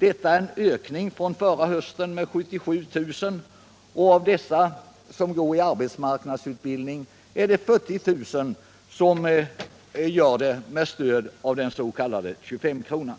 Det är en ökning från förra hösten med 77 000, och 46 000 av dem som går i arbetsmarknadsutbildning gör det med stöd av den s.k. 25-kronan.